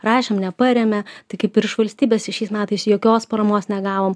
rašėm neparėmė tai kaip ir iš valstybės šiais metais jokios paramos negavom